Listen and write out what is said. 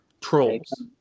Trolls